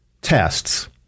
tests